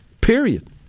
Period